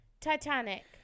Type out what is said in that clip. Titanic